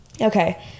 Okay